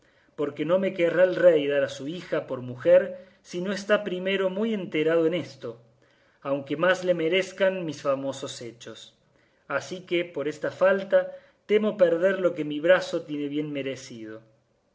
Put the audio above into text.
porque no me querrá el rey dar a su hija por mujer si no está primero muy enterado en esto aunque más lo merezcan mis famosos hechos así que por esta falta temo perder lo que mi brazo tiene bien merecido